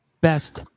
best